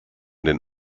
den